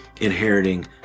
inheriting